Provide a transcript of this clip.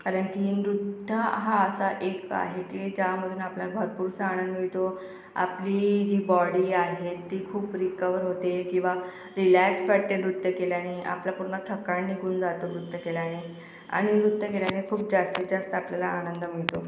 कारण की नृत्य हा असा एक आहे की त्यामधून आपल्याला भरपूरसा आनंद वितो आपली जी बॉडी आहे ती खूप रिकव्हर होते किंवा रिलॅक्स वाटते नृत्य केल्याने आपला पूर्ण थकान निघून जातो नृत्य केल्याने आणि नृत्य केल्याने खूप जास्तीत जास्त आपल्याला आनंद मिळतो